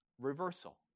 Reversal